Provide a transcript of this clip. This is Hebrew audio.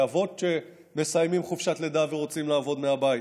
לאבות שמסיימים חופשת לידה ורוצים לעבוד מהבית.